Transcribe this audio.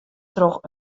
troch